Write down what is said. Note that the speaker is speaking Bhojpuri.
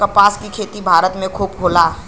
कपास क खेती भारत में खूब होला